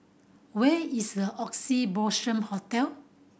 where is Oxley Blossom Hotel